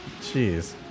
Jeez